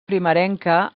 primerenca